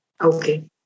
Okay